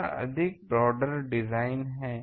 यह अधिक broader design है